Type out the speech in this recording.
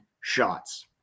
shots